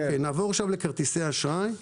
נעבור לכרטיסי אשראי.